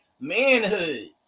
manhood